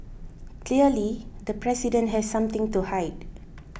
clearly the president has something to hide